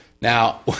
Now